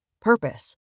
purpose